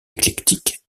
éclectique